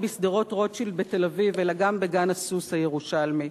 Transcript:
בשדרות-רוטשילד בתל-אביב אלא גם בגן-הסוס הירושלמי.